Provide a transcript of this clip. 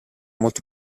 molto